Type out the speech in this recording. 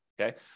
okay